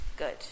Good